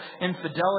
infidelity